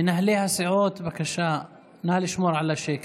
מנהלי הסיעות, בבקשה, נא לשמור על השקט.